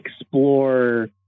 explore